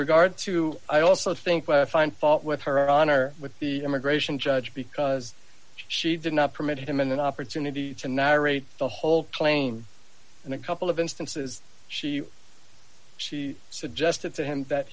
regard to i also think find fault with her on or with the immigration judge because she did not permit him an opportunity to narrate the whole claim in a couple of instances she she suggested to him that